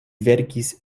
verkis